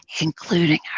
including